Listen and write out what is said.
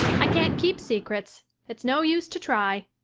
i can't keep secrets it's no use to try.